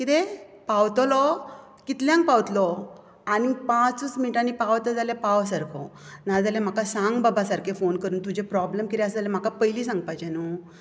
कितें पावतलो कितल्यांक पावतलो आनीक पांच मिनटांनी पावता जाल्यार पाव सामको ना जाल्यार म्हाका सांग बाबा सारके फोन करून तुजें प्रोब्लम कितें आसा जाल्यार म्हाका पयलीं सांगपाचे न्हूं